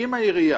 אם העירייה